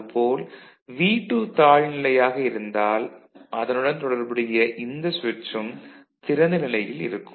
அது போல் V2 தாழ் நிலையாக இருந்தால் அதனுடன் தொடர்புடைய இந்த சுவிட்சும் திறந்த நிலையில் இருக்கும்